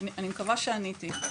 אני מקווה שעניתי.